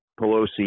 Pelosi